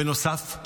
בנוסף,